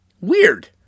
weird